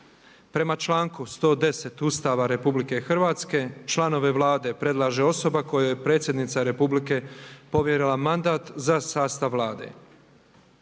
Prema članku 110. Ustava Republike Hrvatske članove Vlade predlaže osoba kojoj je predsjednica republike povjerila mandat za sastav Vlade.